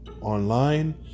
online